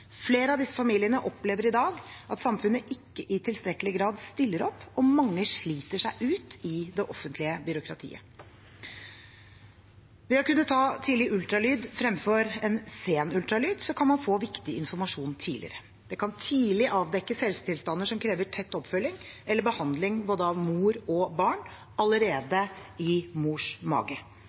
Flere av disse familiene opplever i dag at samfunnet ikke i tilstrekkelig grad stiller opp, og mange sliter seg ut i det offentlige byråkratiet. Ved å kunne ta tidlig ultralyd fremfor en sen ultralyd kan man få viktig informasjon tidligere. Det kan tidlig avdekkes helsetilstander som krever tett oppfølging eller behandling både av mor og barn, allerede i